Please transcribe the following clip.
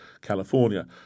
California